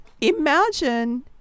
imagine